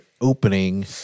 opening